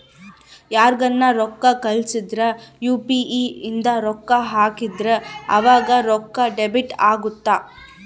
ಯಾರ್ಗನ ರೊಕ್ಕ ಕಳ್ಸಿದ್ರ ಯು.ಪಿ.ಇ ಇಂದ ರೊಕ್ಕ ಹಾಕಿದ್ರ ಆವಾಗ ರೊಕ್ಕ ಡೆಬಿಟ್ ಅಗುತ್ತ